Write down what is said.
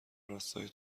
راستای